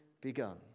begun